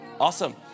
Awesome